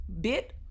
bit